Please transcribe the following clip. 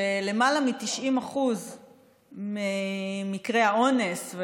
שלמעלה מ-90% ממקרי האונס,